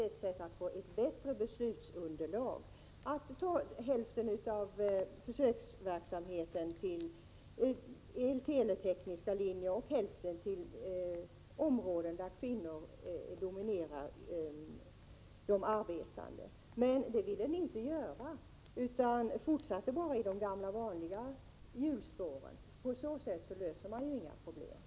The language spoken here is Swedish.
Ett sätt att få fram ett bättre beslutsunderlag hade varit att lägga hälften av försöksverksamheten på de el—-tele-tekniska linjerna och hälften på områden där kvinnor dominerar. Det ville ni inte göra, utan ni fortsatte bara i de gamla hjulspåren. På så sätt löser man inga problem.